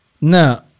No